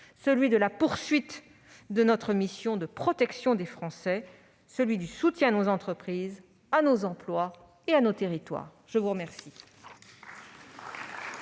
marque la poursuite de notre mission de protection des Français et de soutien à nos entreprises, nos emplois et nos territoires. Nous allons